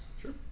Sure